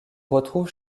retrouve